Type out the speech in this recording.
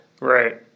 right